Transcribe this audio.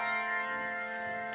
and